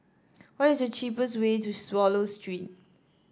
what is the cheapest way to Swallow Street